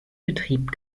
betrieb